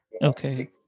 Okay